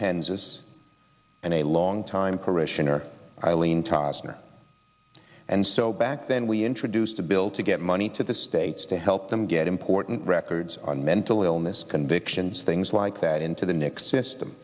penzias and a longtime parishioner eileen taza and so back then we introduced a bill to get money to the states to help them get important records on mental illness convictions things like that into the next system